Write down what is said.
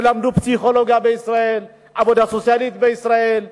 שלמדו פסיכולוגיה בישראל, עבודה סוציאלית בישראל.